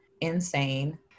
Insane